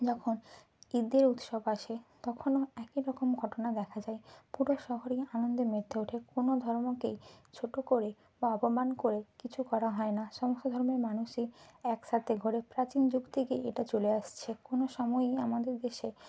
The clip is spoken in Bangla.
যখন ঈদের উৎসব আসে তখনও একই রকম ঘটনা দেখা যায় পুরো শহরই আনন্দে মেতে ওঠে কোনও ধর্মকেই ছোট করে বা অপমান করে কিছু করা হয় না সমস্ত ধর্মের মানুষই একসাথে ঘোরে প্রাচীন যুগ থেকেই এটা চলে আসছে কোনও সময়েই আমাদের দেশে